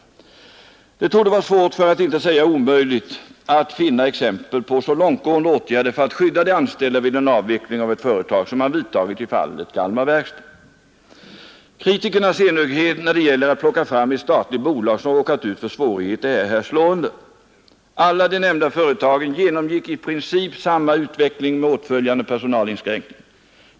Det torde vara svårt för att inte säga omöjligt att finna exempel på så långtgående åtgärder för att skydda de anställda vid en avveckling av ett företag som man vidtagit i fallet Kalmar verkstad. Kritikernas enögdhet när det gäller att plocka fram ett statligt bolag som råkat ut för svårigheter är här slående. Alla de nämnda företagen genomgick i princip samma utveckling med åtföljande personalinskränkningar.